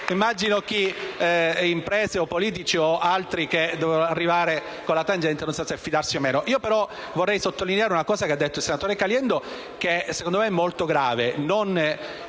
Immagino imprese, politici o altri che arrivano con la tangente e non sanno se fidarsi o meno. Vorrei però sottolineare una cosa che ha detto il senatore Caliendo e che secondo me è molto grave,